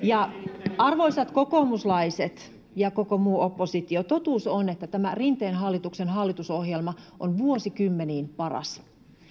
ja arvoisat kokoomuslaiset ja koko muu oppositio totuus on että tämä rinteen hallituksen hallitusohjelma on vuosikymmeniin paras